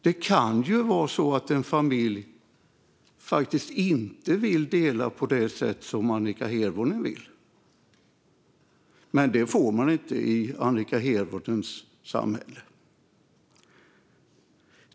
Det kan vara så att en familj faktiskt inte vill dela på det sätt som Annika Hirvonen vill, men det får man inte i Annika Hirvonens samhälle.